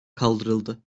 kaldırıldı